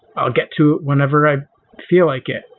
i'll get to whenever i feel like it,